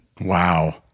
Wow